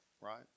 Right